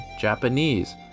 Japanese